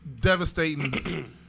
devastating